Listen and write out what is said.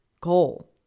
goal